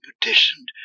petitioned